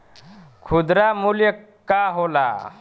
खुदरा मूल्य का होला?